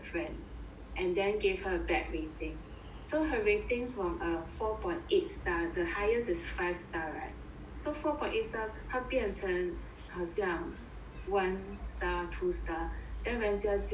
and then gave her a bad rating so her ratings from a four point eight star the highest is five star right so four point eight star 他变成好像 one star two star then 人家就